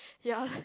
ya